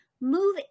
move